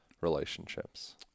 relationships